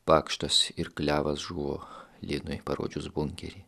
pakštas ir klevas žuvo linui parodžius bunkerį